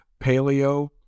paleo